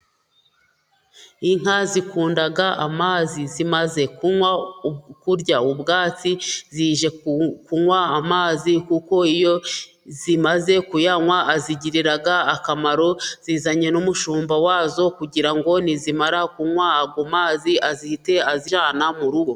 Inka zikunda amazi, zimaze kunywa, kurya ubwatsi, zije kunywa amazi, kuko iyo zimaze kuyanywa azigirira akamaro, zizanye n'umushumba wazo, kugira ngo nizima kunywa ayo mazi ahite azijyana mu rugo.